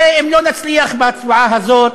הרי אם לא נצליח בהצבעה הזאת,